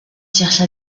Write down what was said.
cherche